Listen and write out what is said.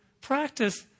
practice